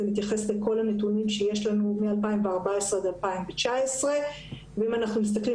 זה מתייחס לכל הנתונים שיש לנו מ-2014 ועד 2019. אם אנחנו מסתכלים